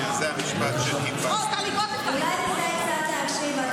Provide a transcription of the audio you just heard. אולי כדאי קצת להקשיב.